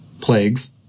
plagues